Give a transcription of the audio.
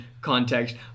context